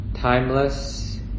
timeless